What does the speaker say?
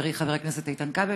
חברי חבר הכנסת איתן כבל,